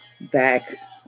back